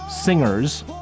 singers